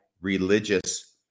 religious